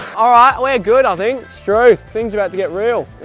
alright, we're good i think strewth things about to get real!